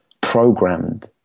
programmed